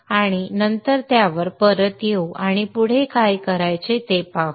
आम्ही नंतर त्यावर परत येऊ आणि पुढे काय करायचे ते पाहू